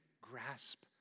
grasp